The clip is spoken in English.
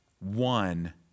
one